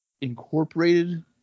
incorporated